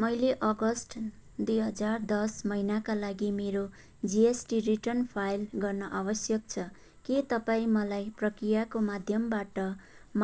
मैले अगस्त दुई हजार दस महिनाका लागि मेरो जिएसटी रिटर्न फाइल गर्न आवश्यक छ के तपाईँ मलाई प्रक्रियाको माध्यमबाट